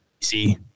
See